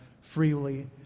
freely